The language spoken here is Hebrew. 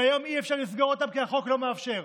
והיום אי-אפשר לסגור אותם כי החוק לא מאפשר,